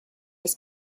this